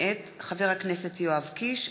מאת חבר הכנסת מיקי לוי,